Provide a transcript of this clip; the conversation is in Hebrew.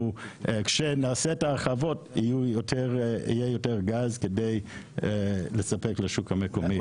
כשנעשה את ההרחבות יהיה יותר גז כדי לספק לשוק המקומי.